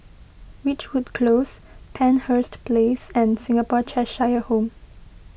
Ridgewood Close Penshurst Place and Singapore Cheshire Home